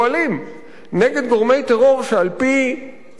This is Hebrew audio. נגד גורמי טרור שעל-פי שרים בממשלה,